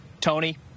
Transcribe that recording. Tony